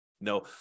No